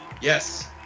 Yes